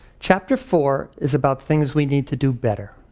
chapter four is about things we need to do better.